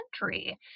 country